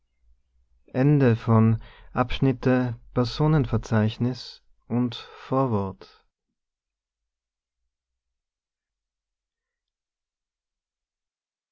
personenverzeichnis vi vorwort